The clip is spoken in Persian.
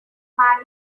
وبرهم